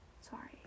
Sorry